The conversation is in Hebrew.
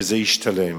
שזה ישתלם.